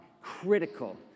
critical